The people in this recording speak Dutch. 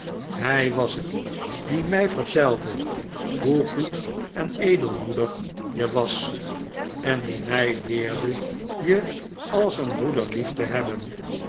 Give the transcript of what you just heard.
hij was het die mij vertelde hoe goed en edelmoedig je was en die mij leerde je als een broeder lief te hebben